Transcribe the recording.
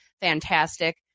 fantastic